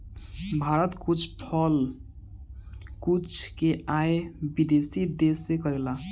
भारत कुछ फल कुल के आयत विदेशी देस से करेला